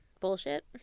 bullshit